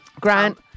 Grant